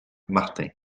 martin